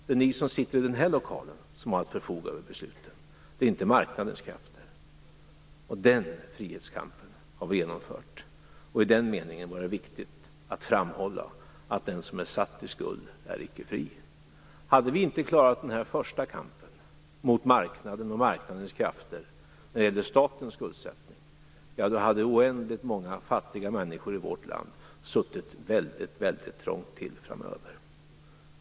Det är ni som sitter i den här lokalen som har att förfoga över besluten, inte marknadens krafter. Den frihetskampen har vi genomfört, och i den meningen var det viktigt att framhålla att den som är satt i skuld är icke fri. Om vi inte hade klarat den här första kampen mot marknaden och marknadens krafter när det gäller statens skuldsättning skulle oändligt många fattiga människor i vårt land ha suttit väldigt trångt till framöver.